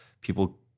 people